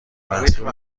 محصول